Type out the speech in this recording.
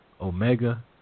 Omega